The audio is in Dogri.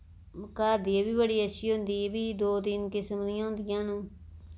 घर दी एह्बी बड़ी अच्छी होंदी एह् बी दो तिन किस्म दियां होंदियां न